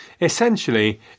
Essentially